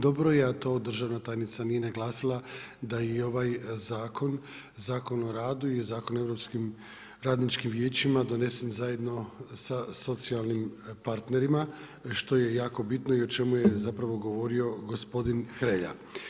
Dobro je, to državna tajnica nije naglasila, da je i ovaj zakon, Zakon o radu i Zakon o europskim radničkim vijećima donesen zajedno sa socijalnim partnerima, što je jako bitno i o čemu je zapravo govorio gospodin Hrelja.